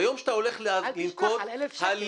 ביום שבו את הולך לנקוט הליך